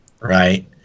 right